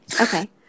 Okay